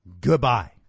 Goodbye